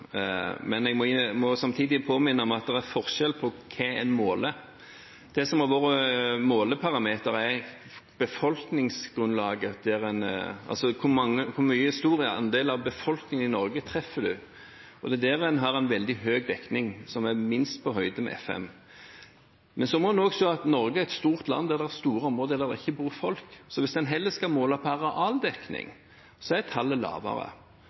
men jeg må samtidig minne om at det er forskjell på hva en måler. Det som har vært måleparameter, er befolkningsgrunnlaget, altså hvor stor andel av befolkningen i Norge en treffer. Det er der en har veldig høy dekning, som er minst på høyde med FM. En må også se at Norge er et stort land med store områder der det ikke bor folk, så hvis en heller skal måle per arealdekning, er tallet lavere.